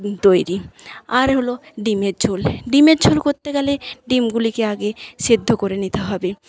ডিম তৈরি আর হল ডিমের ঝোল ডিমের ঝোল করতে গেলে ডিমগুলিকে আগে সেদ্ধ করে নিতে হবে